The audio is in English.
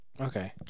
Okay